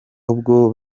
uwo